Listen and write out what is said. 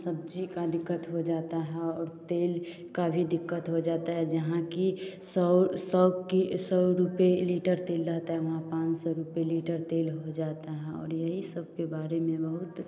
सब्ज़ी की दिक़्क़त हो जाती है और तेल की भी दिक़्क़त हो जाती है जहाँ कि सौ सौ कि सौ रूपये लीटर तेल रहता है वहाँ पान सौ रूपये लीटर तेल हो जाता है वाहन पाँच सौ रुपये लिटर तेल हो जाता है और यही सबके बारे में बहुत